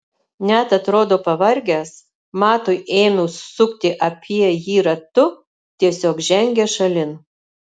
net atrodo pavargęs matui ėmus sukti apie jį ratu tiesiog žengia šalin